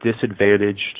disadvantaged